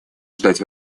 ждать